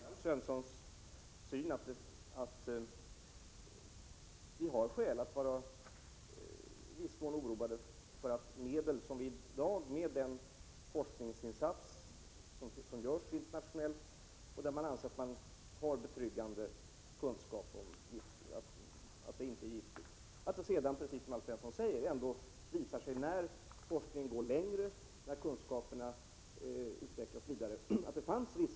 Fru talman! Jag delar Alf Svenssons synpunkt. Vi har skäl att i viss mån vara oroade för att medel, precis som Alf Svensson säger, senare när forskningen kommit längre och kunskaperna utvecklats, visar sig innebära risker som man i dag inte har kunnat förutse, detta trots att vi för närvarande genom den forskningsinsats som görs internationellt anser oss ha betryggande kunskaper om medlen och bedömer dem vara icke giftiga.